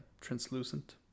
translucent